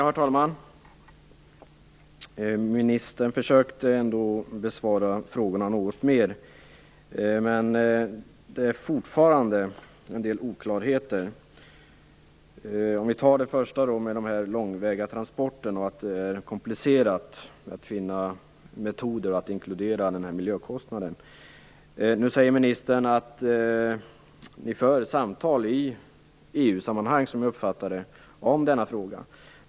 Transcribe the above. Herr talman! Ministern försökte ändå besvara frågorna något utförligare, men det finns fortfarande en del oklarheter. För det första gäller det de långväga transporterna och det komplicerade i att finna metoder för att inkludera miljökostnaden. Ministern säger att det förs samtal om denna fråga i EU-sammanhang, som jag uppfattade det.